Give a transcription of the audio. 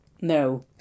No